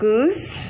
Goose